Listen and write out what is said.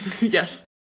Yes